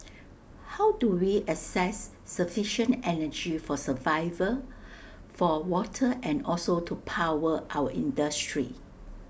how do we access sufficient energy for survival for water and also to power our industry